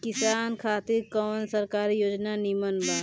किसान खातिर कवन सरकारी योजना नीमन बा?